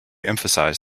emphasized